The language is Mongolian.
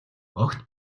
огт